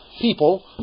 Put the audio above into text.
people